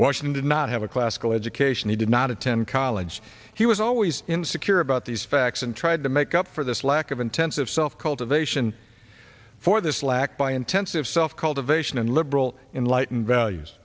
washington not have a classical education he did not attend college he was always in secure about these facts and tried to make up for this lack of intensive self cultivation for this lack by intensive self cultivation and liberal in lightened values